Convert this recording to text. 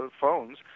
phones